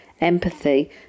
empathy